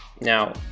Now